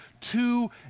two